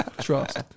Trust